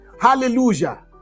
Hallelujah